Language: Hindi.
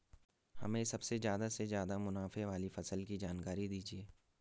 हमें सबसे ज़्यादा से ज़्यादा मुनाफे वाली फसल की जानकारी दीजिए